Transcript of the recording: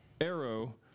Arrow